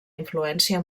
influència